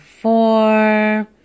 four